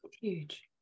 Huge